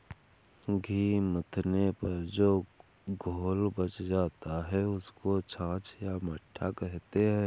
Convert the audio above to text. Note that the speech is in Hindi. घी मथने पर जो घोल बच जाता है, उसको छाछ या मट्ठा कहते हैं